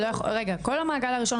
כל המעגל הראשון,